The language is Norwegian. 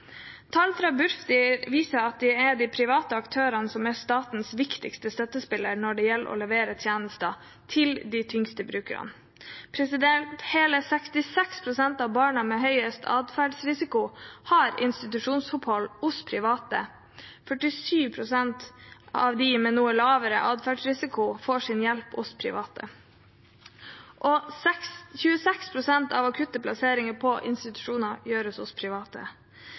Tall fra Bufdir viser at det er de private aktørene som er statens viktigste støttespiller når det gjelder å levere tjenester til de tyngste brukerne. Hele 66 pst. av barna med høyest adferdsrisiko har institusjonsopphold hos private. 47 pst. av dem med noe lavere adferdsrisiko får hjelp hos private. 26 pst. av akuttplasseringene på institusjoner gjøres hos private.